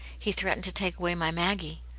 he threatened to take away my maggie.